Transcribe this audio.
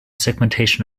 segmentation